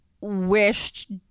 Wished